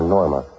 Norma